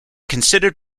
considered